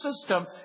system